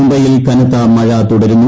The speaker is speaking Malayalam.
മുംബൈയിൽ കനത്ത മഴ തുടരുന്നു